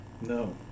No